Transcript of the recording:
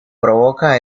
provoca